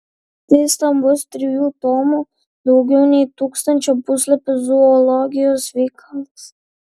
tai stambus trijų tomų daugiau nei tūkstančio puslapių zoologijos veikalas